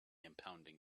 impounding